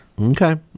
Okay